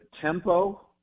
tempo